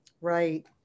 right